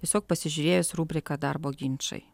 tiesiog pasižiūrėjus rubriką darbo ginčai